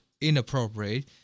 inappropriate